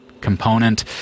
component